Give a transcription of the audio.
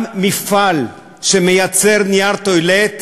גם מפעל שמייצר נייר טואלט,